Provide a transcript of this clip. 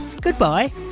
goodbye